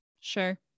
Sure